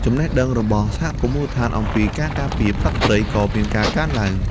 ចំណេះដឹងរបស់សហគមន៍មូលដ្ឋានអំពីការការពារសត្វព្រៃក៏មានការកើនឡើង។